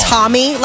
Tommy